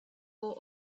door